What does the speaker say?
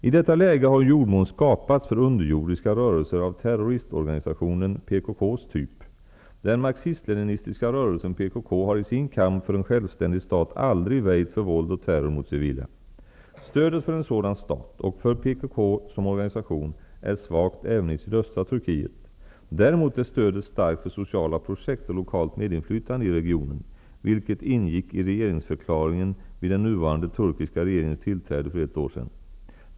I detta läge har jordmån skapats för underjordiska rörelser av terroristorganisationen PKK:s typ. Den marxist-leninistiska rörelsen PKK har i sin kamp för en självständig stat aldrig väjt för våld och terror mot civila. Stödet för en sådan stat, och för PKK som organisation, är svagt även i sydöstra Turkiet. Däremot är stödet starkt för sociala projekt och lokalt medinflytande i regionen, vilket ingick i regeringsförklaringen vid den nuvarande turkiska regeringens tillträde för ett år sedan.